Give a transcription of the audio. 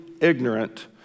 ignorant